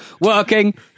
Working